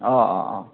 অঁ অঁ অঁ